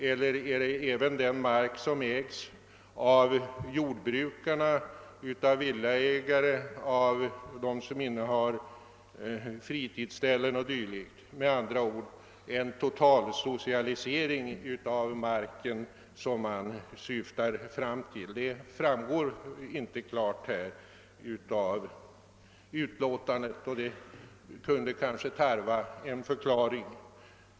Gäller det även den mark som ägs av jordbrukare, av villaägare, av dem som innehar fritidsställen o. d.? Syftar man med andra ord fram till en totalsocialisering av marken? Detta framgår inte klart av motionen, och det kunde kanske tarva ett förtydligande.